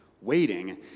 Waiting